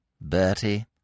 Bertie